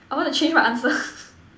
I want to change my answer